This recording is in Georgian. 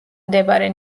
მდებარე